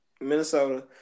Minnesota